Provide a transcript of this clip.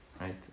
right